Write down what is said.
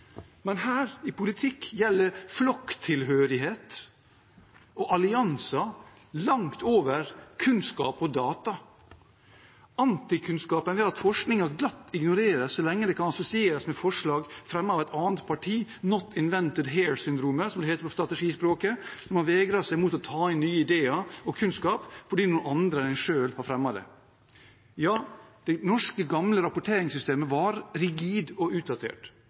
men her, i politikken, gjelder flokktilhørighet og allianser langt over kunnskap og data. Antikunnskapen er at forskningen glatt ignoreres så lenge den kan assosieres med forslag fremmet av et annet parti, «not invented here-syndromet» som det heter på strategispråket, som har vegret seg for å ta inn nye ideer og kunnskap fordi noen andre enn en selv har fremmet det. Ja, det norske gamle rapporteringssystemet var rigid og utdatert.